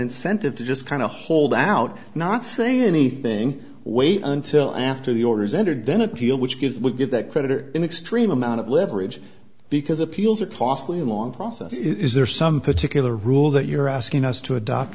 incentive to just kind of a hold out not saying anything wait until after the order is entered then appeal which gives will give that creditor an extreme amount of leverage because appeals are costly a long process is there some particular rule that you're asking us to adopt